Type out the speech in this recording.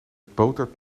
botert